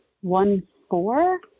one-four